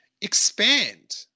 expand